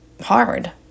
hard